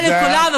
תודה לכולם.